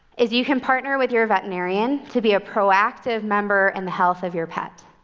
is you can partner with your veterinarian to be a proactive member in the health of your pet.